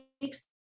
makes